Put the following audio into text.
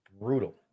brutal